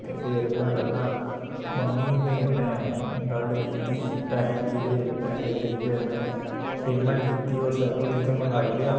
ते फिर में पह्लां मम्मी हुंदे कन्नै गल्ल कीती पैहें दी ते पैहे लेइयै में पेमैंट कीती उस सैकल दी ते मगांई लेआ